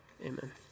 Amen